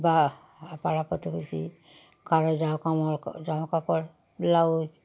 বা পাড়া প্রতিবেশী কারো জায়া কামড় জামাকাপড় ব্লাউজ